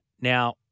Now